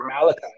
Malachi